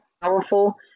powerful